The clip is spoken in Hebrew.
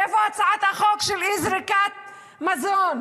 איפה הצעת החוק של אי-זריקת מזון?